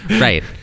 right